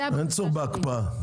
אין צורך בהקפאה.